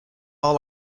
all